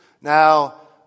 Now